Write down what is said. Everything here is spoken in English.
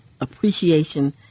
appreciation